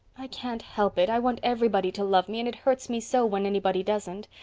i can't help it. i want everybody to love me and it hurts me so when anybody doesn't.